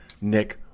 Nick